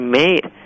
made